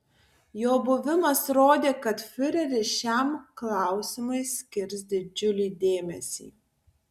jo buvimas rodė kad fiureris šiam klausimui skirs didžiulį dėmesį